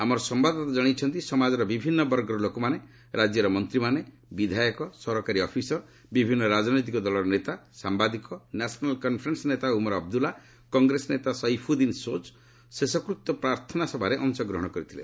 ଆମ ସମ୍ଭାଦଦାତା ଜଣାଇଛନ୍ତି ସମାଜର ବିଭିନ୍ନ ବର୍ଗର ଲୋକମାନେ ରାଜ୍ୟର ମନ୍ତ୍ରୀମାନେ ବିଧାୟକ ସରକାରୀ ଅଫିସର ବିଭିନ୍ନ ରାଜନୈତିକ ଦଳର ନେତା ସାମ୍ବାଦିକ ନ୍ୟାସନାଲ୍ କନ୍ଫରେନ୍ନର ନେତା ଉମର ଅବଦ୍ୁଲ୍ଲା କଂଗ୍ରେସ ନେତା ସୈଫୁଦ୍ଦିନ ସୋଜ୍ ଶେଷକୃତ୍ୟ ପ୍ରାର୍ଥନା ସଭାରେ ଅଂଶଗ୍ରହଣ କରିଥିଲେ